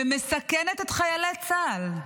ומסכנת את חיילי צה"ל.